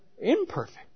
imperfect